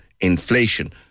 inflation